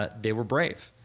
but they were brave.